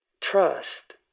Trust